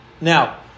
Now